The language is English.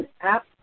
app